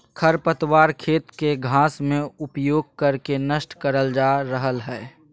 खरपतवार खेत के घास में उपयोग कर के नष्ट करल जा रहल हई